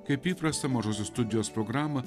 kaip įprasta mažosios studijos programą